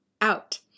out